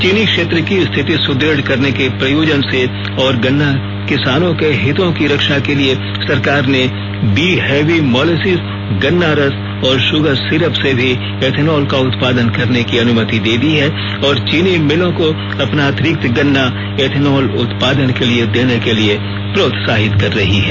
चीनी क्षेत्र की स्थिति सुद्रढ करने के प्रयोजन से और गन्ना किसानों के हितों की रक्षा के लिए सरकार ने बी हेवी मोलेसिस गन्ना रस और शुगर सिरप से भी एथेनॉल का उत्पादन करने की अनुमति दे दी है और चीनी भिलों को अपना अंतिरिक्त गन्ना एथेनॉल उत्पादन के लिए देने के लिए प्रोत्साहित कर रही है